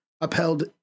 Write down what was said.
upheld